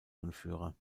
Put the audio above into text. anführer